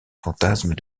fantasmes